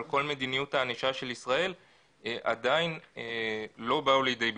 כל מדיניות הענישה של מדינת ישראל עדיין לא באו לידי ביטוי.